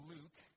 Luke